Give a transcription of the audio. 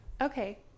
Okay